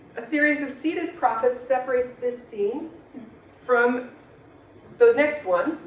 a series of seated prophets separates this scene from the next one,